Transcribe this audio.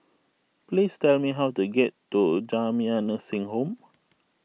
please tell me how to get to Jamiyah Nursing Home